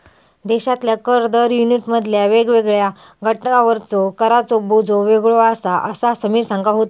देशातल्या कर दर युनिटमधल्या वेगवेगळ्या गटांवरचो कराचो बोजो वेगळो आसा, असा समीर सांगा होतो